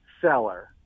seller